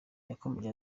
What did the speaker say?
yakomeje